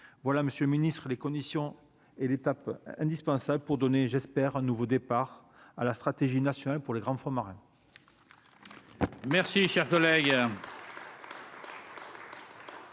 voilà monsieur Ministre les conditions et l'étape indispensable pour donner, j'espère un nouveau départ à la stratégie nationale pour les grands fonds marins.